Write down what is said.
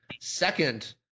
second